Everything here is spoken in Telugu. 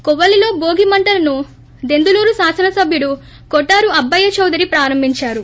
కోవ్వలిలో భోగి మంటలను దెందులూరు శాసన సభ్యుడు కొఠారు అబ్బయ్య చౌదరి ప్రారంభిచారు